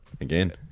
Again